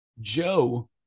Joe